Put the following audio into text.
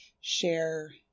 share